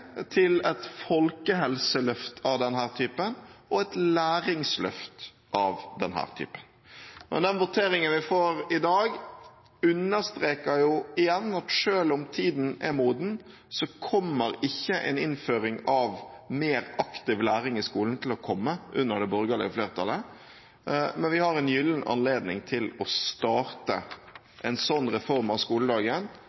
for et folkehelseløft av denne typen og et læringsløft av denne typen. Men den voteringen vi får i dag, understreker jo igjen at selv om tiden er moden, kommer ikke en innføring av mer aktiv læring i skolen til å komme under det borgerlige flertallet, men vi har en gyllen anledning til å